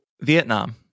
Vietnam